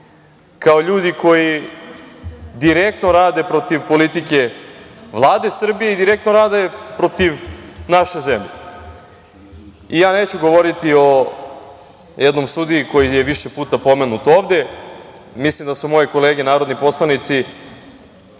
kao ljudi koji direktno rade protiv politike Vlade Srbije i direktno rade protiv naše zemlje. Ja neću govoriti o jednom sudiji koji je više puta pomenut ovde. Mislim da su moje kolege narodni poslanici